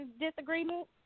disagreement